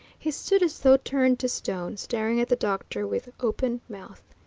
he stood as though turned to stone, staring at the doctor with open mouth.